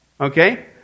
Okay